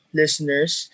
listeners